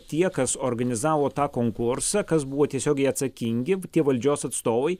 tie kas organizavo tą konkursą kas buvo tiesiogiai atsakingi tie valdžios atstovai